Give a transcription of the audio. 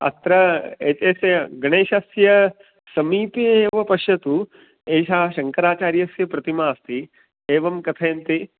अत्र एतस्य गणेशस्य समीपे एव पश्यतु एषा शङ्कराचार्यस्य प्रतिमा अस्ति एवं कथयन्ति